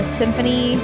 symphony